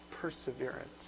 Perseverance